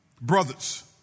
Brothers